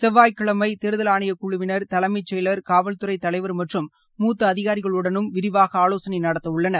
செவ்வாய்கிழமை தேர்தல் ஆணையக் குழுவினர் தலைமைச் செயலர் காவல்துறை தலைவர் மற்றும் மூத்த அதிகாரிகளுடனும் விரிவாக ஆலோசனை நடத்தவுள்ளனர்